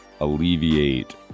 alleviate